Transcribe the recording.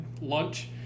lunch